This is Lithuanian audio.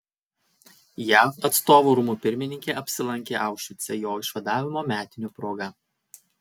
jav atstovų rūmų pirmininkė apsilankė aušvice jo išvadavimo metinių proga